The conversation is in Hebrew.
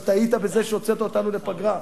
אבל טעית בזה שהוצאת אותנו לפגרה,